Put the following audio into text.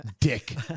Dick